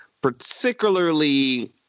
particularly